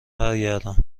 برگردم